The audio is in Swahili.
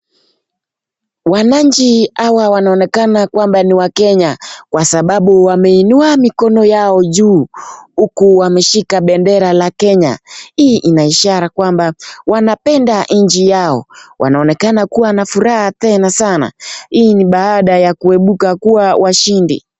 Wananchi hawa wanaonekana kwamba ni wakenya kwa sababu wameinua mikono yao juu uku wameshika bendera la Kenya. Hii ni ishara kwamba wanapenda nchi yao. Wanaonekana kuwa na furaha tena sana, hii ni baada ya kuibuka kuwa washindi.